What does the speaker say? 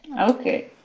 Okay